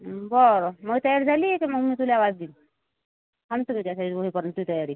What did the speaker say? बरं मइ तयारी झाली की मग मी तुला आवाज देईल थांबतो तुझ्या होईपर्यंत तयारी